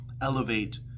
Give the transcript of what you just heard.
elevate